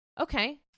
okay